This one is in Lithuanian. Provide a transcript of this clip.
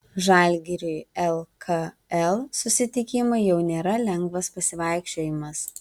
žalgiriui lkl susitikimai jau nėra lengvas pasivaikščiojimas